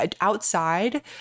outside